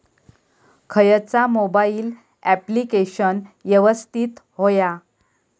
खयचा mobile application यवस्तित होया?